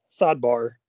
sidebar